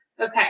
okay